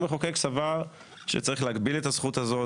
המחוקק סבר שצריך להגביל את הזכות הזאת,